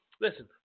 Listen